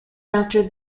after